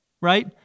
Right